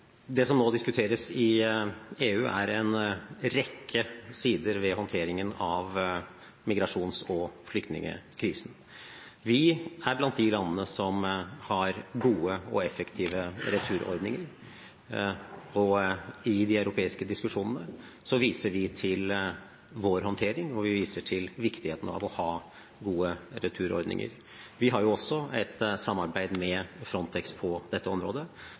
Det som nå diskuteres i EU, er en rekke sider ved håndteringen av migrasjons- og flyktningkrisen. Vi er blant de landene som har gode og effektive returordninger. I de europeiske diskusjonene viser vi til vår håndtering, og vi viser til viktigheten av gode returordninger. Vi har også et samarbeid med Frontex på dette området